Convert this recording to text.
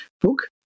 book